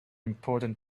important